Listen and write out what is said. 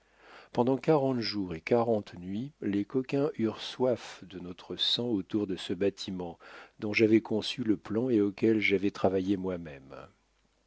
pendant quarante jours et quarante nuits les coquins eurent soif de notre sang autour de ce bâtiment dont j'avais conçu le plan et auquel j'avais travaillé moi-même